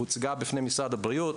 הוצגה בפני משרד הבריאות.